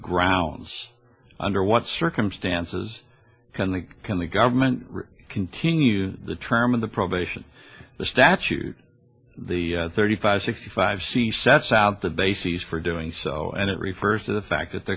grounds under what circumstances can the can the government continue the term of the probation the statute the thirty five sixty five she sets out the basis for doing so and it refers to the fact that the